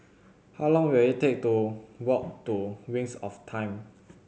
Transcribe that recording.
how long will it take to walk to Wings of Time